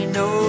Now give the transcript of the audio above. no